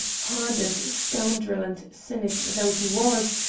hardened scoundrel and cynic though he was,